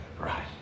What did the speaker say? Right